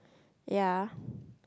ya